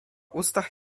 ustach